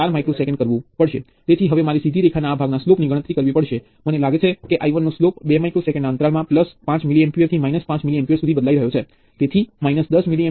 ચાલો આપણે કલ્પના કરીએ કે તે કંઈક સાથે જોડાયેલું છે તે શું છે તેનો વાંધો નથી